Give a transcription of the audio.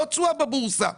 לא תשואה בבורסה,